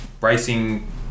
racing